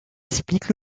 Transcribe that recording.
explique